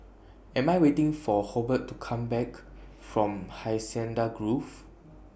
and I Am waiting For Hobart to Come Back from Hacienda Grove